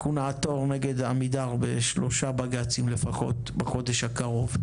אנחנו נעתור נגד עמידר בשלושה בג"צים לפחות בחודש הקרוב,